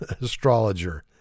astrologer